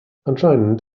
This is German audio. anscheinend